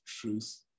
truth